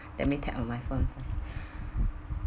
let me tap on my phone first